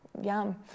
Yum